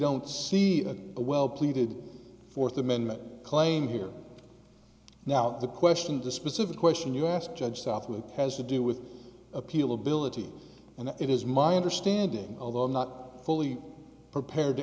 don't see a well pleaded fourth amendment claim here now the question the specific question you ask judge software has to do with appeal ability and it is my understanding although i'm not fully prepared to